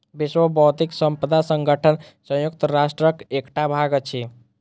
विश्व बौद्धिक संपदा संगठन संयुक्त राष्ट्रक एकटा भाग अछि